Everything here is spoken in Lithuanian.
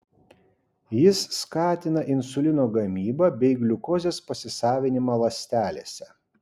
jis skatina insulino gamybą bei gliukozės pasisavinimą ląstelėse